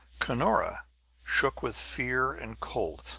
cunora shook with fear and cold.